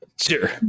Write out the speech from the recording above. sure